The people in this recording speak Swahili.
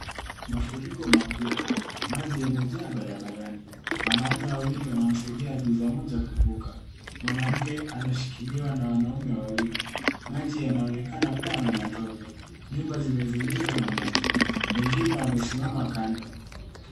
Mafuriko makubwa, maji yamejaa barabarani, wanaume wawili wanamsaidia ajuza mmoja kuvuka. Mwanamke anashikiliwa na wanaume wawili, maji yanaonekana kuwa na matope. Nyumba zimezingirwa na maji, wengine wamesimama kando.